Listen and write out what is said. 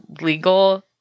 legal